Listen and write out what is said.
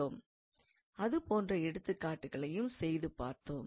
அதுபோன்ற எடுத்துக்காட்டுகளையும் செய்து பார்த்தோம்